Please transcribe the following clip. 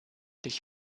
dich